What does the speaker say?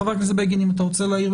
בגין, אתה רוצה להעיר?